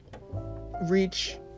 reach